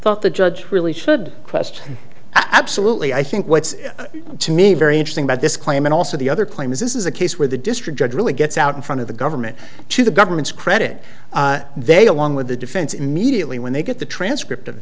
thought the judge really should question absolutely i think what's to me very interesting about this claim and also the other claim is this is a case where the district judge really gets out in front of the government to the government's credit they along with the defense immediately when they get the transcript of